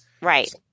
Right